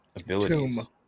abilities